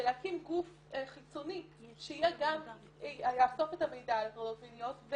ולהקים גוף חיצוני שיהיה אחראי גם לאסוף את המידע על הטרדות מיניות,